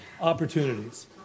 opportunities